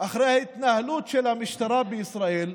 אחרי ההתנהלות של המשטרה בישראל,